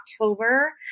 October